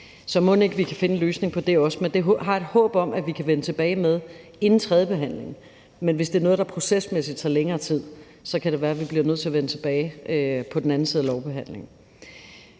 også kan finde en løsning på det. Den har jeg et håb om at vi kan vende tilbage med inden tredjebehandlingen, men hvis det er noget, der procesmæssigt tager længere tid, så kan det være, at vi bliver nødt til at vende tilbage på den anden side af lovbehandlingen.